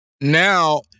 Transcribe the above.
Now